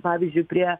pavyzdžiui prie